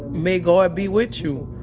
may god be with you.